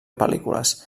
pel·lícules